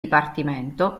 dipartimento